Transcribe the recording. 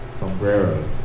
sombreros